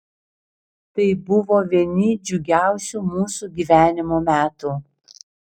tai buvo vieni džiugiausių mūsų gyvenimo metų